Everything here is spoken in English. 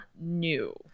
new